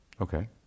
Okay